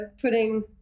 putting